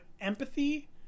empathy